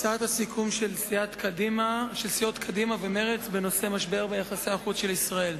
הצעת הסיכום של סיעות קדימה ומרצ בנושא משבר ביחסי החוץ של ישראל: